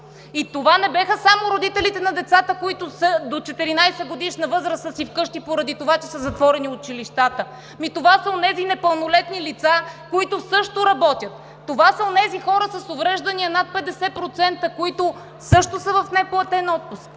И това не бяха само родителите на децата до 14-годишна възраст, които са си вкъщи поради това, че са затворени училищата. Това са онези непълнолетни лица, които също работят! Това са онези хора с увреждания над 50%, които също са в неплатен отпуск!